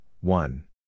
one